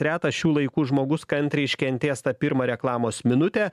retas šių laikų žmogus kantriai iškentės tą pirmą reklamos minutę